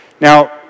Now